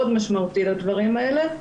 תקציבית מאוד משמעותית לדברים האלה,